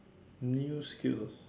new skills